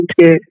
Okay